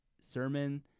sermon